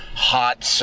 hot